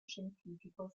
scientifico